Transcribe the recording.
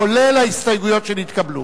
כולל ההסתייגות שנתקבלו?